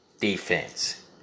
defense